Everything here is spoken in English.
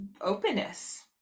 openness